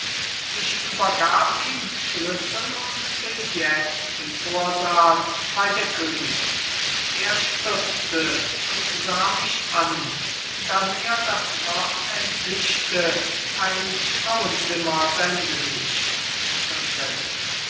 ich übergab ihm schlüssel und billet im vorsaal bei der königin er stutzte und sah mich an da mir das wort entwischte ein frauenzimmer sende mich prinzessin